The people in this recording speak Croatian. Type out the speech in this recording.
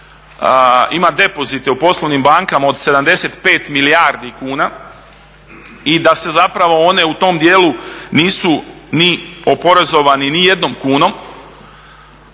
ima depozite u poslovnim bankama od 75 milijardi kuna i da se one u tom dijelu nisu oporezovani nijednom kunom,